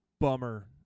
bummer